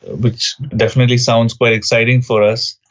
which definitely sounds quite exciting for us.